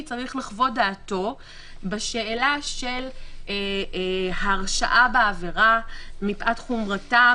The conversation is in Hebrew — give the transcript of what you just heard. צריך לחוות דעתו בשאלה של ההרשעה בעבירה מפאת חומרתה,